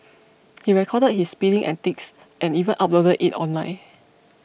he recorded his speeding antics and even uploaded it online